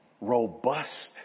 Robust